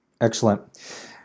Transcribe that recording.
Excellent